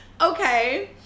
okay